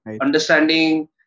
understanding